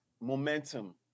momentum